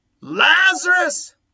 Lazarus